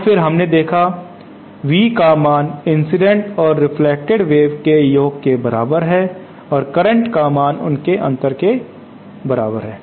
तो फिर हमने देखा V का मान इंसिडेंट और रेफ्लेक्टेड वेव्स के योग के बराबर है और करंट का मान उनके बीच के अंतर के बराबर है